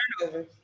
turnover